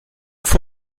que